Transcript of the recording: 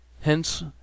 Hence